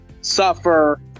suffer